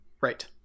right